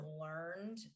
learned